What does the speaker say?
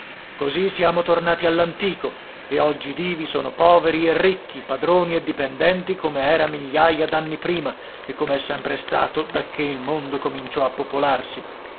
così siamo tornati all'antico e oggidì vi sono poveri e ricchi padroni e dipendenti come era migliaia d'anni prima e come è sempre stato dacché il mondo cominciò a popolarsi